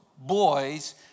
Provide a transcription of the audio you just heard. boys